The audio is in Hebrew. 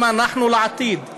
הם אנחנו לעתיד.